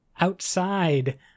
outside